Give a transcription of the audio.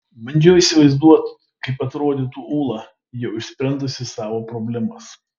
bandžiau įsivaizduoti kaip atrodytų ūla jau išsprendusi savo problemas